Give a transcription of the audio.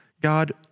God